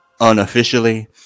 unofficially